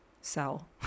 sell